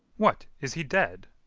what, is he dead?